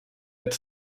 het